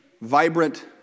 vibrant